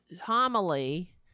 homily